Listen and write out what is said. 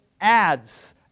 ads